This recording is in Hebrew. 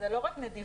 זה לא רק נדיבות.